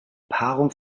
paarung